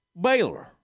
Baylor